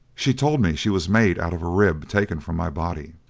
she told me she was made out of a rib taken from my body.